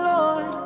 Lord